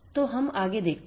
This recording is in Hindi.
तो हम आगे देखते हैं